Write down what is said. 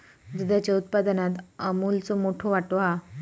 दुधाच्या उत्पादनात अमूलचो मोठो वाटो हा